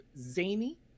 zany